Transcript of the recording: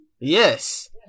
Yes